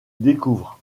découvrent